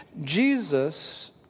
Jesus